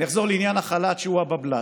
אני אחזור לעניין החל"ת שהוא הבבל"ת.